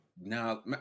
Now